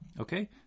Okay